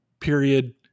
period